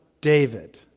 David